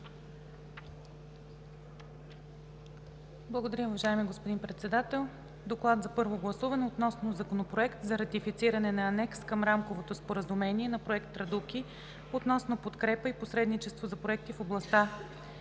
Благодаря, уважаеми господин Председател. „ДОКЛАД за първо гласуване относно Законопроект за ратифициране на Анекс към Рамковото споразумение за Проект „Традуки“ относно подкрепа и посредничество за проекти в областта